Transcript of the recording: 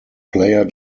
player